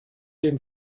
dem